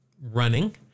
running